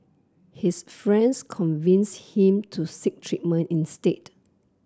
his friends convinced him to seek treatment instead